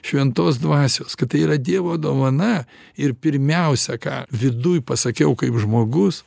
šventos dvasios kad tai yra dievo dovana ir pirmiausia ką viduj pasakiau kaip žmogus